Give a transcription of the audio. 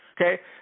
okay